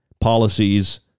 policies